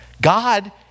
God